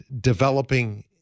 developing